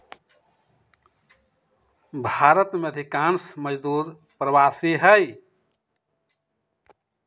भारत में अधिकांश मजदूर प्रवासी हई